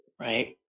right